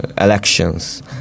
elections